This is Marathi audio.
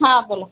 हां बोला